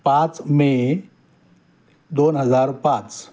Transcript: पाच मे दोन हजार पाच